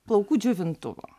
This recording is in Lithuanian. plaukų džiovintuvo